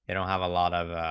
and have a lot of